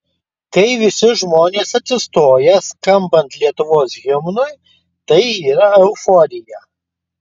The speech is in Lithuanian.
kai visi žmonės atsistoja skambant lietuvos himnui tai yra euforija